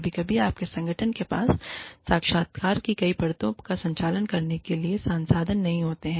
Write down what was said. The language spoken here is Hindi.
कभी कभी आपके संगठन के पास साक्षात्कार की कई परतों का संचालन करने के लिए संसाधन नहीं हो सकते हैं